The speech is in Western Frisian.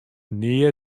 nea